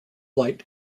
light